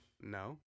No